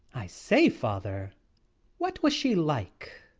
i say, father what was she like?